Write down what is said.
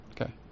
Okay